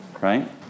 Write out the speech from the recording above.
Right